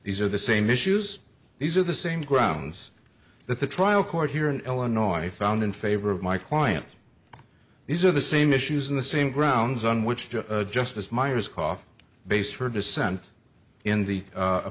these are the same issues these are the same grounds that the trial court here in illinois found in favor of my client these are the same issues in the same grounds on which to justice miers cough based her dissent in the